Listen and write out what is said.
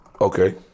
Okay